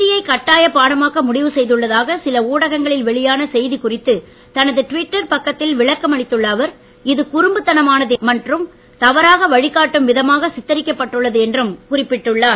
இந்தியை கட்டாய பாடமாக்க முடிவு செய்துள்ளதாக சில ஊடகங்களில் வெளியான செய்தி குறித்து தனது ட்விட்டர் பக்கத்தில் விளக்கமளித்துள்ள அவர் இது குறும்புத்தனமானது மற்றும் தவறாக வழிகாட்டும் விதமாக சித்தரிக்கப்பட்டுள்ளது என்று அவர் குறிப்பிட்டுள்ளார்